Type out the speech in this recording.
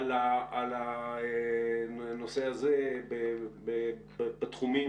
לא צריך להגיד למה הנושא הזה הוא רלוונטי עכשיו.